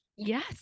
Yes